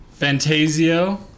Fantasio